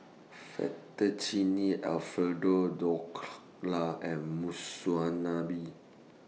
Fettuccine Alfredo Dhokla and Monsunabe